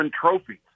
trophies